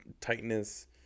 tightness